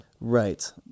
Right